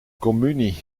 communie